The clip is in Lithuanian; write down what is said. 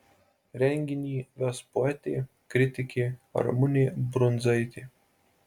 renginį ves poetė kritikė ramunė brundzaitė